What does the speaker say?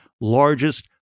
largest